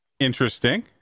Interesting